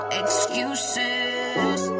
excuses